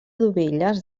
dovelles